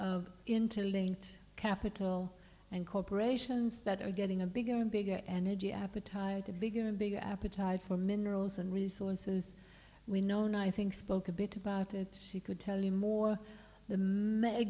of interlinked capital and corporations that are getting a bigger and bigger and edgy appetite a bigger and bigger appetite for minerals and resources we know now i think spoke a bit about it she could tell you more th